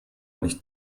nicht